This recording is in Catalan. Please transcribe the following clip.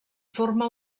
forma